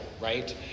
right